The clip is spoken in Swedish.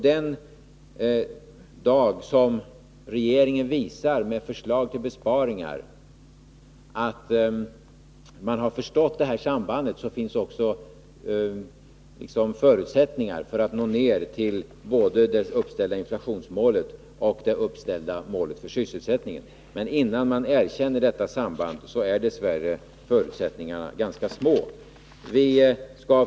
Den dag regeringen med förslag till besparingar visar att den har förstått detta samband finns det också förutsättningar för att nå både det uppställda inflationsmålet och det uppställda målet för sysselsättningen. Men innan man erkänner detta samband är dess värre förutsättningarna ganska små.